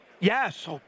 Yes